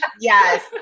yes